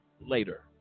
later